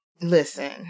Listen